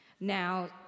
Now